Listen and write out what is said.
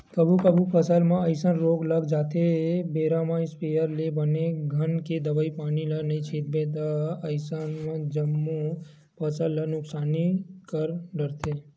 कभू कभू फसल म अइसन रोग लग जाथे बेरा म इस्पेयर ले बने घन के दवई पानी नइ छितबे बने असन ता जम्मो फसल ल नुकसानी कर डरथे